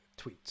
tweets